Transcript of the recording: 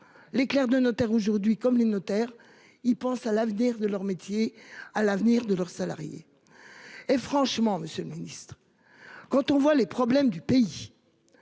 Les clercs de notaire, comme les notaires, pensent à l'avenir de leur métier et de leurs salariés. Franchement, monsieur le ministre, quand on voit les problèmes du pays,